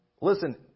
listen